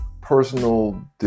personal